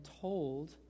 told